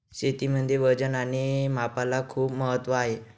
शेतीमध्ये वजन आणि मापाला खूप महत्त्व आहे